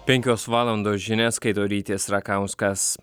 penkios valandos žinias skaito rytis rakauskas